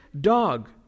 dog